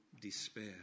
despair